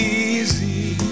easy